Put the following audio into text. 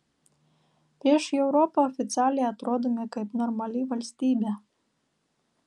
prieš europą oficialiai atrodome kaip normali valstybė